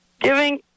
giving